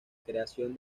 creación